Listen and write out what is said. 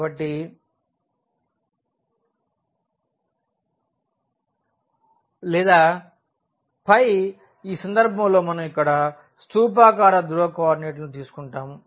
కాబట్టి లేదా ఈ సందర్భంలో మనం ఇక్కడ స్థూపాకార ధ్రువ కోఆర్డినేట్లను తీసుకుంటాము